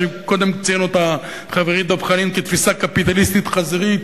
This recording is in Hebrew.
קודם ציין אותה חברי דב חנין כתפיסה קפיטליסטית חזירית,